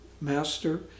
Master